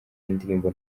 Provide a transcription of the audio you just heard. y’indirimbo